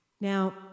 Now